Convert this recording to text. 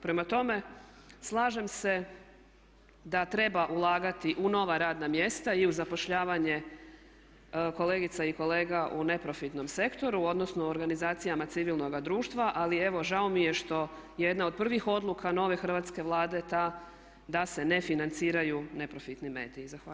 Prema tome, slažem se da treba ulagati u nova radna mjesta i u zapošljavanje kolegica i kolega u neprofitnom sektoru, odnosno u organizacijama civilnoga društva ali evo žao mi je što jedna od prvih odluka nove hrvatske Vlade ta da se ne financiraju neprofitni mediji.